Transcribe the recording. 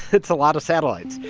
it's a lot of satellites.